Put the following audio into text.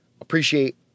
appreciate